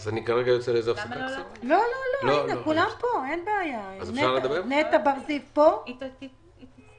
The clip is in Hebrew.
אני מבין שהעמדה של משרד השיכון היא לשלם שלושה